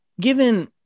Given